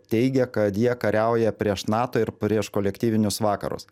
teigia kad jie kariauja prieš nato ir prieš kolektyvinius vakarus